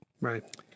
Right